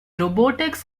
robotics